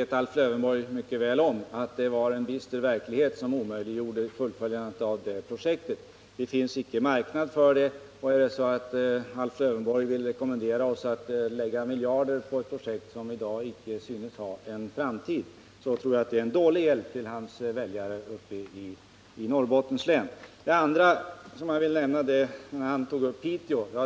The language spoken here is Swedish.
— Alf Lövenborg vet också mycket väl att det var en bister verklighet som omöjliggjorde utförandet av det projektet; det fanns icke någon marknad för det. Vill Alf Lövenborg rekommendera oss att lägga ner miljarder på projekt som i dag icke synes ha någon framtid? Det tror jag är en dålig hjälp till hans väljare uppe i Norrbottens län. En annan sak som han tog upp och som jag vill nämna är Piteå.